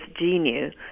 genius